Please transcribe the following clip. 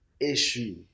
issue